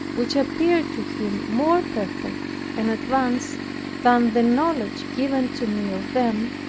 which appeared to him more perfect and advanced than the knowledge given to me of them,